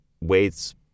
weights